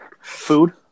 food